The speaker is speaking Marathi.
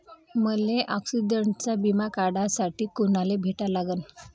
मले ॲक्सिडंटचा बिमा काढासाठी कुनाले भेटा लागन?